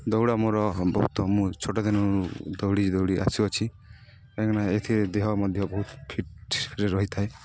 ଦୌଡ଼ ମୋର ବହୁତ ମୁଁ ଛୋଟ ଦିନ ଦୌଡ଼ି ଦୌଡ଼ି ଆସୁଅଛି କାହିଁକିନା ଏଥିରେ ଦେହ ମଧ୍ୟ ବହୁତ ଫିଟ୍ରେ ରହିଥାଏ